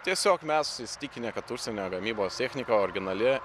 tiesiog mes įsitikinę kad užsienio gamybos technika originali